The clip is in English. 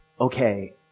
okay